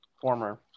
Former